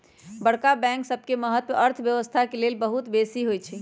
बड़का बैंक सबके महत्त अर्थव्यवस्था के लेल बहुत बेशी होइ छइ